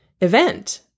event